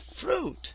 fruit